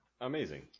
amazing